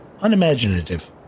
unimaginative